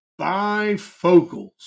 Bifocals